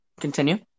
continue